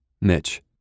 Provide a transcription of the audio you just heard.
Mitch